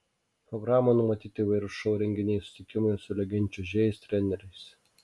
programoje numatyti įvairūs šou renginiai susitikimai su legendiniais čiuožėjais treneriais